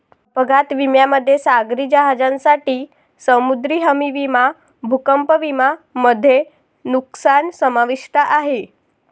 अपघात विम्यामध्ये सागरी जहाजांसाठी समुद्री हमी विमा भूकंप विमा मध्ये नुकसान समाविष्ट आहे